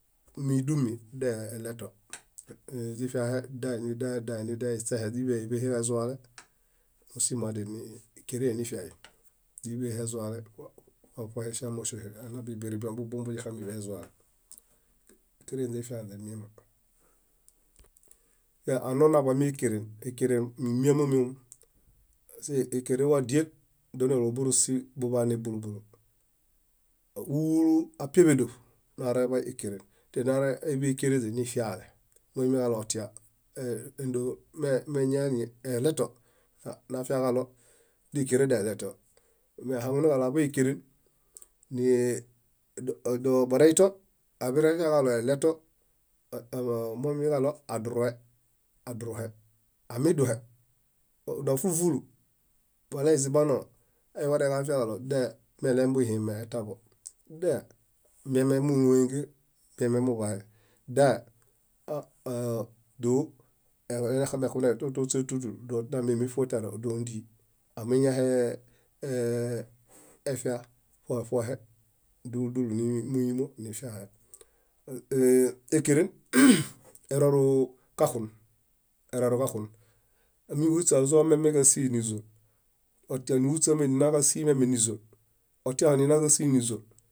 Mídumi, daeleto źifiahe danida danida iśehe źidialeniḃehe ġazuale musimoadial íkerehe nifiai źíḃehe ezuale ṗohe síamasohe birĩbioḃobombo buxumiḃai ezuale íkerenze ifianzeɭã anonaḃami ékeren ékeren mímiamamiomom pasie ékeren wadiel ékerenenlo bórosi buḃane búlu búlu úlu úlu apaiḃedoḃ naweraḃai ékeren tenaworeḃe ékerenze nifiale muimiġalotia éndon meñani eɭeto, nafiaġalo dékeren daeɭeto meahaŋunuġaɭo aḃaekeren dobareinto, amirefiaġaɭo eɭeto momiġaɭo adurue, aduruhe amiduhe ona fúlufulu balaizimbano, aworeġaɭo dameɭemi buhime etaaḃo damime múɭoengen miamemuḃaye dia dóo eḃayuexunexameto tiśe túlu túlu emexuneme fúofuo tiare dóondi amiñahefia ṗohe dúluduli nimuyimo nifiahe. Ékeren erorukaxun erorukaxun ámihuśa ázomiameġasi nízo otia nihuśa ninaġasi miame niízo otiaho ninaġásinizo